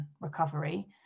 recovery